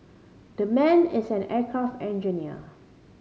that man is an aircraft engineer